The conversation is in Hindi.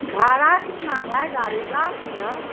भाड़ा कितना है गाड़ी का उधर